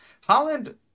Holland